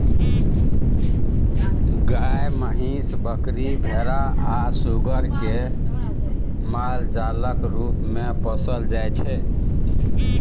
गाय, महीस, बकरी, भेरा आ सुग्गर केँ मालजालक रुप मे पोसल जाइ छै